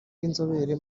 w’inzobere